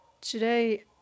today